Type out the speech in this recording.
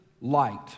light